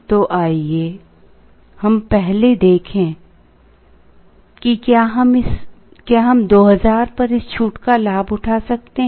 तो आइए हम पहले देखें कि क्या हम 2000 पर इस छूट का लाभ उठा सकते हैं